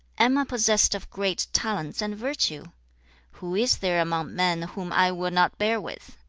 am i possessed of great talents and virtue who is there among men whom i will not bear with?